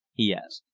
he asked.